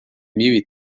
mil